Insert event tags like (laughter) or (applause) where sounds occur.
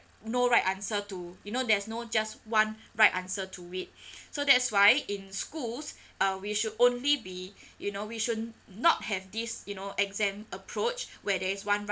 no right answer to you know there's no just one right answer to it (breath) so that's why in schools uh we should only be (breath) you know we should not have this you know exam approach where there is one